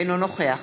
אינו נוכח